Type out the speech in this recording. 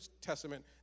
Testament